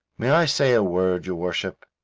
may i say a word, your worship?